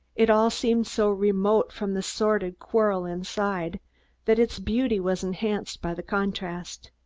it all seemed so remote from the sordid quarrel inside that its beauty was enhanced by the contrast.